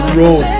road